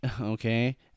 okay